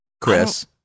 Chris